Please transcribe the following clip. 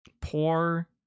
Poor